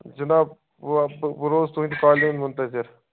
جِناب بہٕ آسو بہٕ روزٕ تُہٕنٛدِ کالہِ ہُنٛد مُنتظر